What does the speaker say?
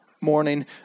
morning